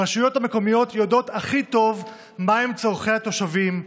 הרשויות המקומיות יודעות הכי טוב מהם צורכי התושבים,